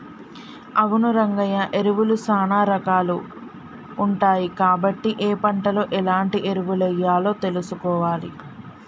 అవును రంగయ్య ఎరువులు సానా రాకాలు ఉంటాయి కాబట్టి ఏ పంటలో ఎలాంటి ఎరువులెయ్యాలో తెలుసుకోవాలి